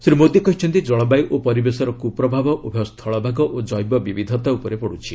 ଶ୍ରୀ ମୋଦି କହିଛନ୍ତି ଜଳବାୟୁ ଓ ପରିବେଶର କୁପ୍ରଭାବ ଉଭୟ ସ୍ଥଳଭାଗ ଓ ଜୈବ ବିବିଧତା ଉପରେ ପଡ଼ୁଛି